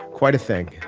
quite a thing.